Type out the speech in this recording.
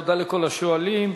תודה לכל השואלים.